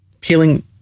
peeling